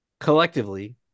Collectively